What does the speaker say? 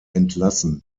entlassen